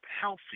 healthy